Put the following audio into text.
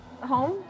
home